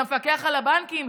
למפקח על הבנקים.